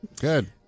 Good